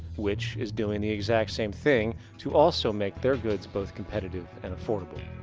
which is doing the exact same thing to also make their goods both competitive and affordable.